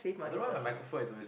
I don't know why my microphone is